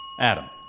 Adam